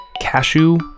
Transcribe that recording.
cashew